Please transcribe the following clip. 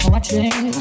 Watching